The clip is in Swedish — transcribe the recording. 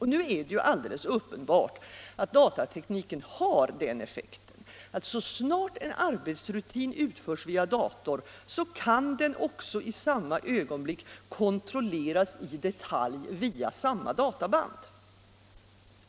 Det är alldeles uppenbart att datatekniken har den effekten, att i samma ögonblick som en arbetsrutin utförs via dator så kan den också kontrolleras i detalj via samma databand.